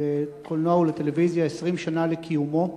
לקולנוע ולטלוויזיה 20 שנה לקיומו.